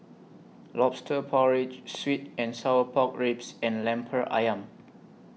Lobster Porridge Sweet and Sour Pork Ribs and Lemper Ayam